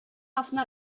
ħafna